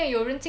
stay alive